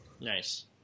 Nice